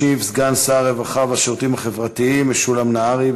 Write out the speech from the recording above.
ישיב סגן שר הרווחה והשירותים החברתיים משולם נהרי.